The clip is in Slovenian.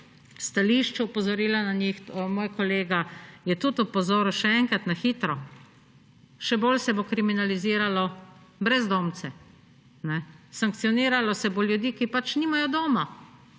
stališču opozorila na njih. Moj kolega je tudi opozoril. Še enkrat na hitro: še bolj se bo kriminaliziralo brezdomce, sankcioniralo se bo ljudi, ki pač nimajo doma,